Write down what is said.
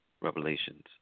Revelations